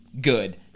Good